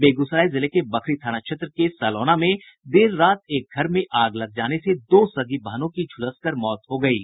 बेगूसराय जिले के बखरी थाना क्षेत्र के सलौना में देर रात एक घर में आग लग जाने से दो सगी बहनों की झूलस कर मौत हो गयी